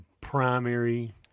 primary